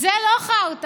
זה לא חרטא,